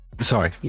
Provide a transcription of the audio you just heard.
sorry